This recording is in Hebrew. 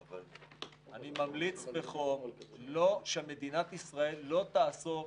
אני ממליץ בחום שמדינת ישראל לא תעסוק